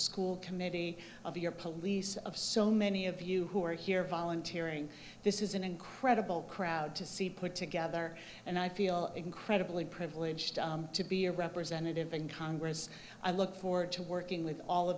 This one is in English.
school committee of your police of so many of you who are here volunteer and this is an incredible crowd to see put together and i feel incredibly privileged to be a representative in congress i look forward to working with all